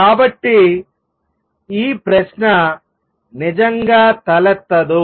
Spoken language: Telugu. కాబట్టి ఈ ప్రశ్న నిజంగా తలెత్తదు